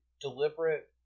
deliberate